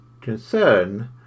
concern